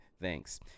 thanks